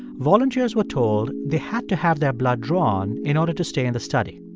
volunteers were told they had to have their blood drawn in order to stay in the study.